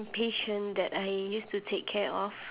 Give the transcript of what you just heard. patient that I used to take care of